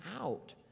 out